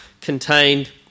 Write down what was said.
contained